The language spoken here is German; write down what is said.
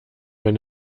wenn